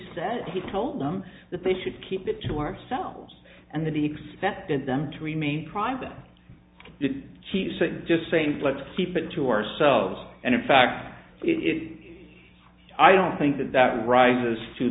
said he told them that they should keep it to ourselves and that he expected them to remain private he said just saying let's keep it to ourselves and in fact it i don't think that rises to